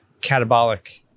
catabolic